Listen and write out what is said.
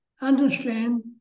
understand